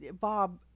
Bob